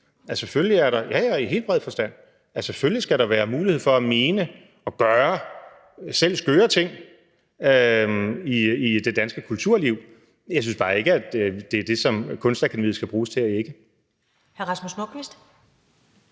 selvfølgelig skal der være mulighed for at mene og gøre selv skøre ting i det danske kulturliv. Jeg synes bare ikke, at det er det, som Kunstakademiet skal bruges til at ægge.